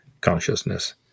consciousness